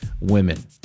women